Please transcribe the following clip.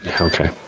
Okay